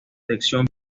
elección